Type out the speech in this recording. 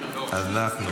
אנחנו